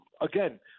again